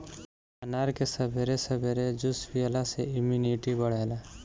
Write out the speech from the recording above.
अनार के सबेरे सबेरे जूस पियला से इमुनिटी बढ़ेला